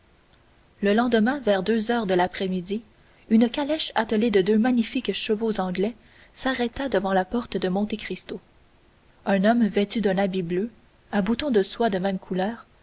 le lendemain vers deux heures de l'après-midi une calèche attelée de deux magnifiques chevaux anglais s'arrêta devant la porte de monte cristo un homme vêtu d'un habit bleu à boutons de soie de même couleur